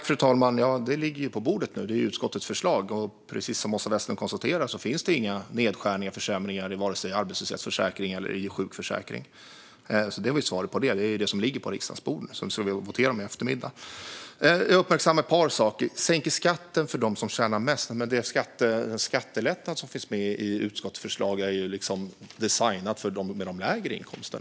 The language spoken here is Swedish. Fru talman! Det ligger på bordet nu i utskottets förslag. Precis som Åsa Westlund konstaterar finns det inga nedskärningar eller försämringar i vare sig arbetslöshetsförsäkringen eller sjukförsäkringen. Svaret är det som ligger på riksdagens bord nu och som vi voterar om i eftermiddag. Jag uppmärksammar ett par saker. När det gäller att sänka skatten för dem som tjänar mest är ju den skattelättnad som finns med i utskottets förslag designad för dem med lägre inkomster.